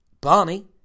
Barney